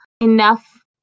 enough